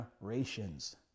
generations